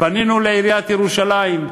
פנינו לעיריית ירושלים,